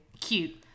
Cute